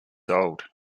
old